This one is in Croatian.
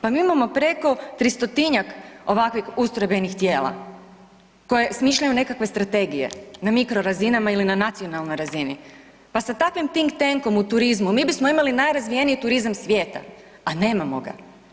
Pa imamo preko 300-tinjak ovakvih ustrojbenih tijela koje smišljaju nekakve strategije na mikro razinama ili na nacionalnoj razini, pa sa takvim tink tenkom u turizmu mi bismo imali najrazvijeniji turizam svijeta, a nemamo ga.